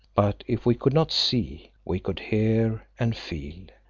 but if we could not see we could hear and feel.